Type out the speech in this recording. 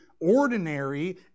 ordinary